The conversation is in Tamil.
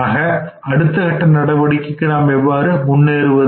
ஆக அடுத்த கட்ட நடவடிக்கைக்கு எவ்வாறு நாம் முன்னேறுவது